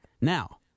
Now